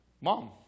Mom